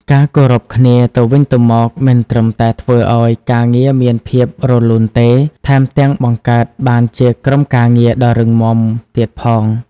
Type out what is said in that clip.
ការគោរពគ្នាទៅវិញទៅមកមិនត្រឹមតែធ្វើឲ្យការងារមានភាពរលូនទេ ថែមទាំងបង្កើតបានជាក្រុមការងារដ៏រឹងមាំទៀតផង។